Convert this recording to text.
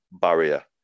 barrier